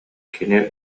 кини